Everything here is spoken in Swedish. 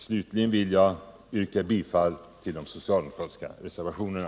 Jag yrkar slutligen bifall till de socialdemokratiska reservationerna.